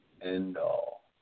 end-all